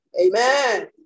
Amen